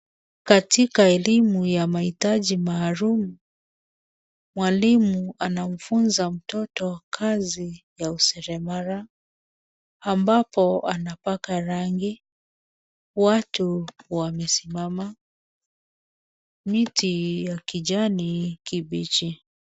Katika elimu ya mahitaji maalum mwalimu anamfunza mtoto kazi ya useremala ambapo anapaka rangi. Watu wamesimama. Miti ya kijani kibichi.